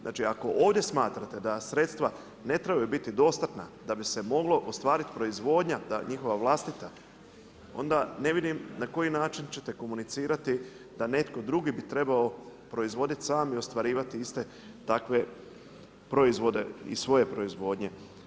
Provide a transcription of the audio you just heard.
Znači ako ovdje smatrate da sredstva ne trebaju biti dostatna da bi se moglo ostvarit proizvodnja njihova vlastita, onda ne vidim na koji način ćete komunicirati da netko drugi bi trebao proizvoditi sam i ostvarivati iste takve proizvode iz svoje proizvodnje.